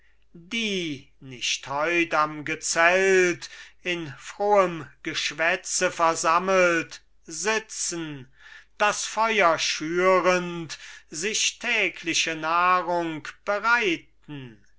die nicht heut am gezelt in frohem geschwätze versammelt sitzen das feuer schürend sich tägliche nahrung bereiten